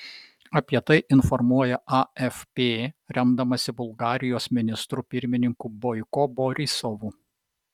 apie tai informuoja afp remdamasi bulgarijos ministru pirmininku boiko borisovu